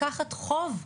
לקחת חוב,